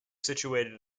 situated